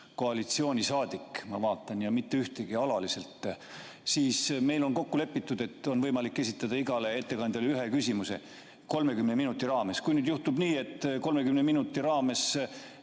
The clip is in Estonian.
koalitsioonisaadik, ma vaatan, ja mitte ühtegi ei ole siin alaliselt. Meil on kokku lepitud, et on võimalik esitada igale ettekandjale üks küsimus 30 minuti raames. Kui juhtub nii, et 30 minuti raames